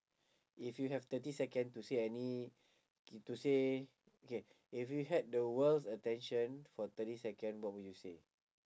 if you have thirty second to say any to say okay if you had the world's attention for thirty second what would you say